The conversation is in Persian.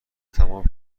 تمام